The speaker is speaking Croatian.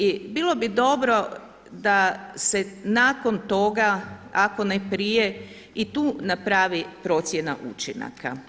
I bilo bi dobro da se nakon toga ako ne prije i tu napravi procjena učinaka.